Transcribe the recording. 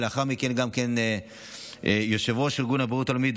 ולאחר מכן גם יושב-ראש ארגון הבריאות העולמי,